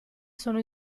sono